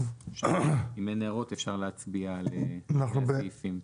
אם אין הערות אפשר להצביע על שני הסעיפים.